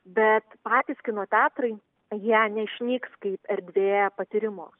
bet patys kino teatrai jie neišnyks kaip erdvė patyrimo